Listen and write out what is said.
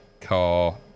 car